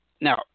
Now